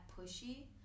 pushy